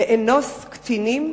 לאנוס קטינים,